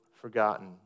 forgotten